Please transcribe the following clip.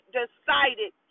decided